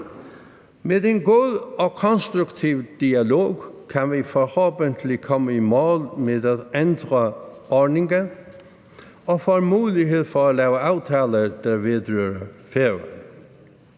Med en god og konstruktiv dialog kan vi forhåbentlig komme i mål med at ændre ordningen og få mulighed for at lave aftaler, der vedrører